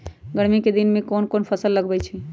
गर्मी के दिन में कौन कौन फसल लगबई?